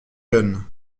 jeunes